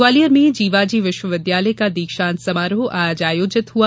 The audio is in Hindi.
ग्वालियर में जीवाजी विश्वविद्यालय का दीक्षांत समारोह आज आयोजित हुआ